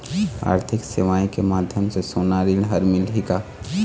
आरथिक सेवाएँ के माध्यम से सोना ऋण हर मिलही का?